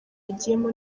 agiyemo